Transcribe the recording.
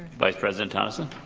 vice president tonneson.